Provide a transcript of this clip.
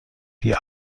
die